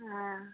हँ